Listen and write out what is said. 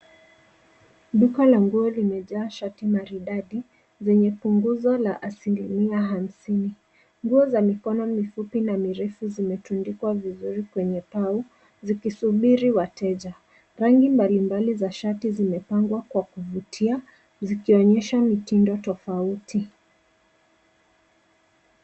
Duka la nguo limejaa shati maridadi zenye punguzo la asilimia hamsini. Nguo za mikono mifupi na mirefu zimetundikwa vizuri kwenye pau zikisubiri wateja. Rangi mbalimbali za shati zimepangwa kwa kuvutia zikionyesha mitindo tofauti.